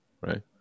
right